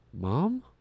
Mom